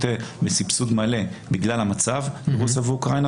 בסבסוד מלא בגלל המצב ברוסיה ואוקראינה,